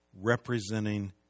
representing